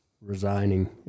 Resigning